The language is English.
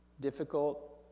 difficult